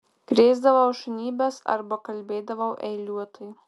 krėsdavau šunybes arba kalbėdavau eiliuotai